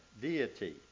deity